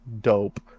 dope